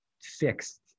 fixed